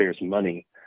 money